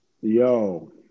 Yo